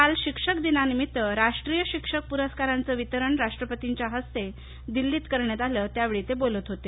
काल शिक्षक दिनानिमित्त राष्ट्रिय शिक्षक पुरस्कारांचं वितरण राष्ट्रपतींच्या हस्ते दिल्लीत झालं त्यावेली ते बोलत होते